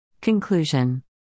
Conclusion